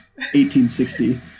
1860